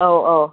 ꯑꯧ ꯑꯧ